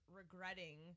regretting